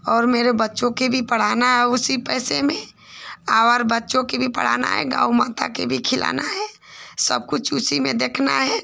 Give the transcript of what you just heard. और मेरे बच्चों को भी पढ़ाना है उसी पैसे में और बच्चों को भी पढ़ाना है गऊ माता को भी खिलाना है सबकुछ उसी में देखना है